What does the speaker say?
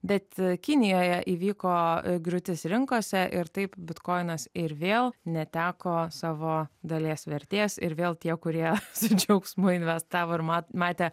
bet kinijoje įvyko griūtis rinkose ir taip bitkoinas ir vėl neteko savo dalies vertės ir vėl tie kurie su džiaugsmu investavo ir mat matė